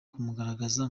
kumugaragaza